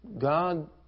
God